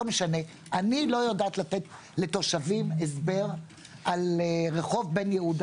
אני לא יודעת לתת לתושבים הסבר על רחוב בן-יהודה